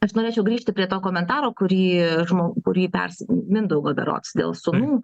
aš norėčiau grįžti prie to komentaro kurį žmogu kurį pers mindaugo berods dėl sumų